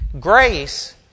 grace